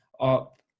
up